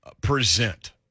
present